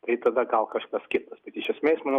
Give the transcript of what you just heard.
tai tada gal kažkas kitas iš esmės manau